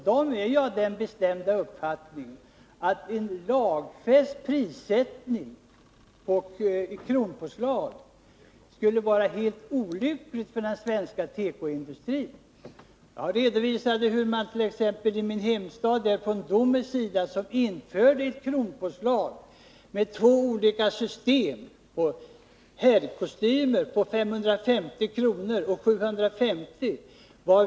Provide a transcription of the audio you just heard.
De är av den bestämda uppfattningen att en lagfäst prissättning och kronpåslag skulle vara mycket olyckligt för den svenska tekoindustrin. Jag redovisade exempelvis hur Domus i min hemstad införde ett system med två olika kronpåslag på kostymer — 550 kr. och 750 kr.